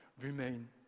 remain